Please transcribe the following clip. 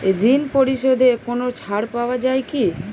ঋণ পরিশধে কোনো ছাড় পাওয়া যায় কি?